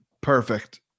Perfect